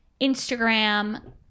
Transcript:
Instagram